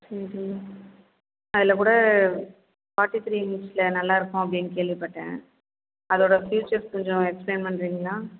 சரிங்க அதில் கூட ஃபார்ட்டி த்ரீ இன்ச்சில் நல்லா இருக்கும் அப்படின்னு கேள்விபட்டேன் அதோட ஃபீச்சர் கொஞ்சம் எக்ஸ்ப்ளையின் பண்ணுறிங்களா